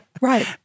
Right